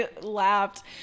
laughed